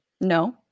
No